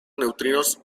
neutrinos